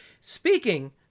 Speaking